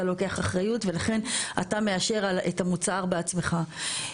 אתה לוקח אחריות ולכן אתה מאשר את המוצר בעצמך.